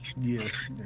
Yes